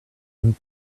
and